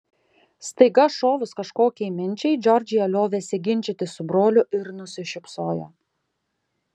staiga šovus kažkokiai minčiai džordžija liovėsi ginčytis su broliu ir nusišypsojo